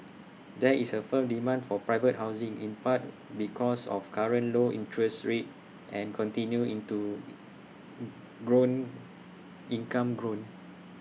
there is A firm demand for private housing in part because of current low interest rates and continued into in grown income grown